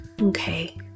okay